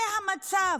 זה המצב.